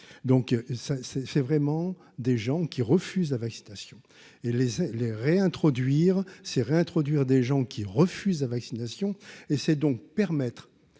c'est c'est vraiment des gens qui refusent la vaccination et les et les réintroduire ces réintroduire des gens qui refusent la vaccination et c'est donc permettre